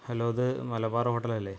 hello ഇത് Malabar hotel അല്ലെ